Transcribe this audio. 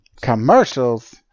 Commercials